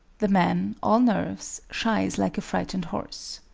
the man, all nerves, shies like a frightened horse.